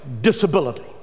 disability